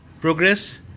progress